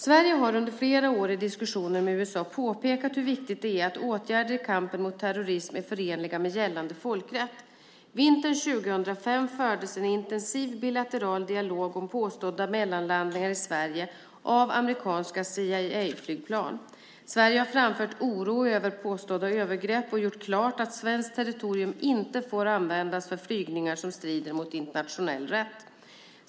Sverige har under flera år i diskussioner med USA påpekat hur viktigt det är att åtgärder i kampen mot terrorism är förenliga med gällande folkrätt. Vintern 2005 fördes en intensiv bilateral dialog om påstådda mellanlandningar i Sverige av amerikanska CIA-flygplan. Sverige har framfört oro över påstådda övergrepp och gjort klart att svenskt territorium inte får användas för flygningar som strider mot internationell rätt.